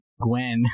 Gwen